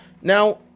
now